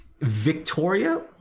Victoria